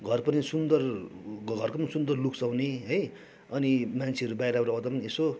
घर पनि सुन्दर घर पनि सुन्दर लुक्स आउने है अनि मान्छेहरू बाहिरबाट आउँदा नि यसो